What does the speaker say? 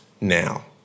now